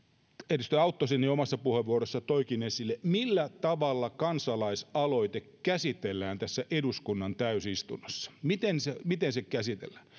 edustaja autto sen jo omassa puheenvuorossaan toikin esille millä tavalla kansalaisaloite käsitellään tässä eduskunnan täysistunnossa miten se miten se käsitellään